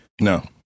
No